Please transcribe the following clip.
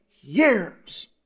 years